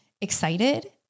excited